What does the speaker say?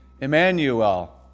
Emmanuel